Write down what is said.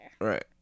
Right